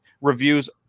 reviews